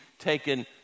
taken